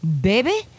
baby